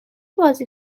بازی